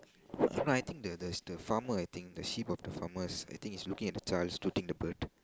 no I I think the the farmer I think the sheep of the farmers I think is looking at the child to take the bird